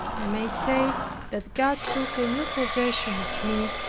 i may say that god took a new possession of me,